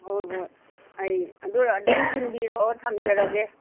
ꯍꯣꯏ ꯍꯣꯏ ꯑꯩ ꯑꯗꯨ ꯑꯣꯏꯔ ꯑꯗꯨꯝ ꯊꯤꯟꯕꯤꯔꯛꯑꯣ ꯊꯝꯖꯔꯒꯦ